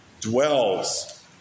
dwells